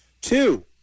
Two